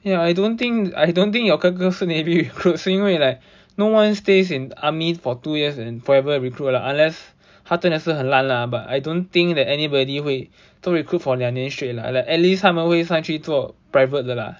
ya I don't think I don't think your 哥哥是 navy recruit 是因为 like no one stays in army for two years and forever recruit lah unless 他真的是很烂 lah but I don't think that anybody 会做 recruit for 两年 straight lah like at least 他们会上去做 private 的啦